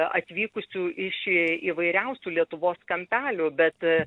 atvykusių iš įvairiausių lietuvos kampelių bet